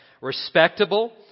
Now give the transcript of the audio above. Respectable